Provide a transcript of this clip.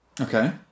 okay